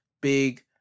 big